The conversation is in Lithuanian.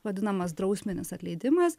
vadinamas drausminis atleidimas